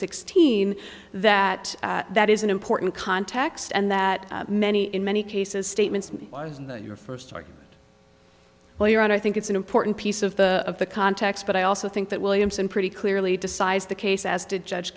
sixteen that that is an important context and that many in many cases statements was your first argument well your honor i think it's an important piece of the of the context but i also think that williamson pretty clearly decides the case as did judge